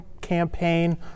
campaign